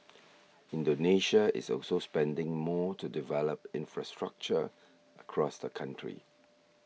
Indonesia is also spending more to develop infrastructure across the country